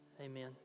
Amen